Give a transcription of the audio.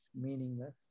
meaningless